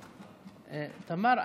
תמר,